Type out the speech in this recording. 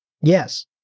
Yes